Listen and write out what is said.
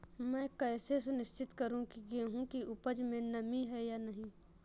मैं कैसे सुनिश्चित करूँ की गेहूँ की उपज में नमी है या नहीं?